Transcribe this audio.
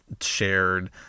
shared